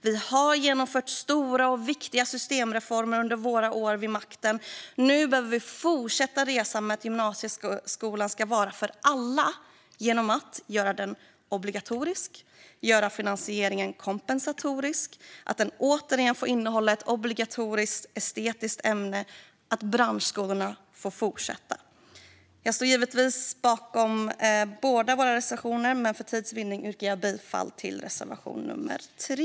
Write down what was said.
Vi har genomfört stora och viktiga systemreformer under våra år vid makten. Nu behöver vi fortsätta resan för att gymnasieskolan ska vara för alla genom att göra den obligatorisk, göra finansieringen kompensatorisk, se till att den åter får innehålla ett obligatoriskt estetiskt ämne och se till att branschskolorna får fortsätta. Jag står givetvis bakom båda våra reservationer, men för tids vinning yrkar jag bifall bara till reservation 3.